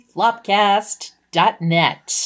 Flopcast.net